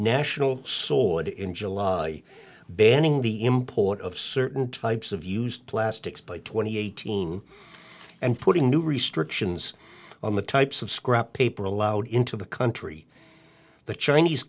national sword in july banning the import of certain types of used plastics by twenty eighteen and putting new restrictions on the types of scrap paper allowed into the country the chinese